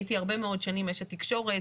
אני הייתי הרבה מאוד שנים אשת תקשורת,